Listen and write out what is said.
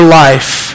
life